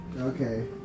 Okay